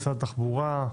התחבורה,